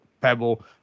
pebble